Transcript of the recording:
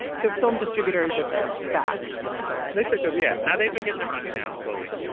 so film distributors at the back of the line. it's like, ah yeah. now they've been get their money now slowly.